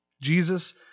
Jesus